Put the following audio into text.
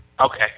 Okay